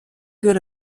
good